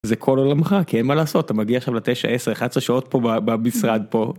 זה כל עולמך כי אין מה לעשות אתה מגיע שם לתשע עשר חצי שעות פה במשרד פה.